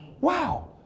Wow